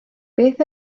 beth